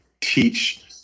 teach